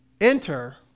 enter